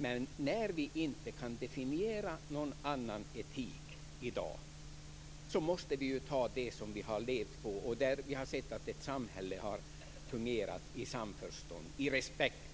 Men när vi inte kan definiera någon annan etik i dag måste vi ta den som vi levt efter och där vi sett att samhället fungerat i samförstånd och i respekt